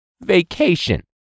vacation